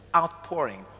outpouring